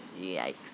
yikes